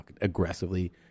aggressively